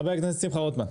חבר הכנסת שמחה רוטמן.